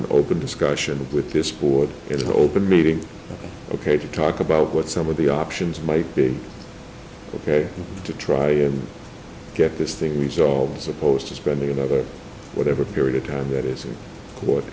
an open discussion with this board is an open meeting ok to talk about what some of the options might be ok to try and get this thing resolved as opposed to spending over whatever period of time that is